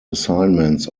assignments